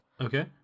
Okay